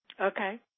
Okay